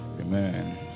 Amen